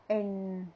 and